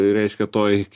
reiškia toj